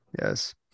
Yes